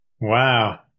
wow